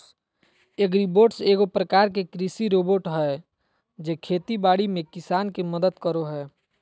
agribots एगो प्रकार के कृषि रोबोट हय जे खेती बाड़ी में किसान के मदद करो हय